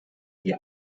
die